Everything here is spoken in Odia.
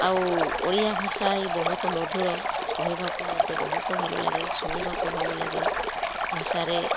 ଆଉ ଓଡ଼ିଆ ଭାଷା ହିଁ ବହୁତ ମଧୁର କହିବାକୁ ମଧ୍ୟ ବହୁତ ଭଲ ଲାଗେ ଶୁଣିବାକୁ ଭଲ ଲାଗେ ଭାଷାରେ